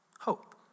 Hope